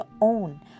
own